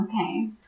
Okay